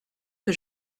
que